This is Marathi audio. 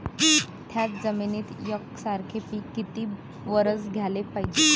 थ्याच जमिनीत यकसारखे पिकं किती वरसं घ्याले पायजे?